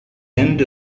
end